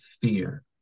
fear